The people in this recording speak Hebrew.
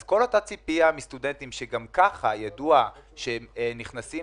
כל אותה ציפייה מסטודנטים שגם ככה ידוע שהם נכנסים